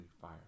fire